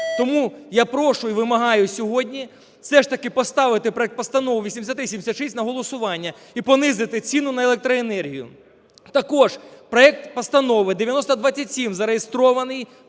Тому я прошу і вимагаю сьогодні все ж таки поставити проект Постанови 8376 на голосування і понизити ціну на електроенергію. Також проект Постанови 9027 зареєстрований